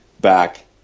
back